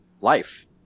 life